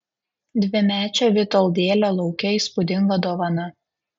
dvimečio vitoldėlio laukė įspūdinga dovana